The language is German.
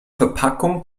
verpackung